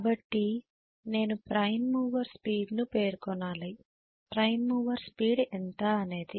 కాబట్టి నేను prime mover స్పీడ్ను కూడా పేర్కొనాలి ప్రైమ్ మూవర్ స్పీడ్ ఎంత అనేది